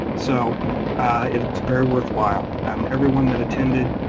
so it's very worthwhile. um everyone that attended,